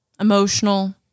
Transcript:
Emotional